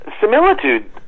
Similitude